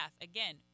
Again